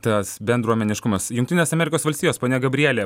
tas bendruomeniškumas jungtinės amerikos valstijos ponia gabrielė